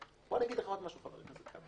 בוא אני אגיד לך עוד משהו, חבר הכנסת כבל.